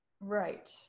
Right